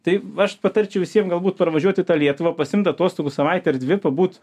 tai aš patarčiau visiem galbūt parvažiuot į tą lietuvą pasiimt atostogų savaitę ar dvi pabūt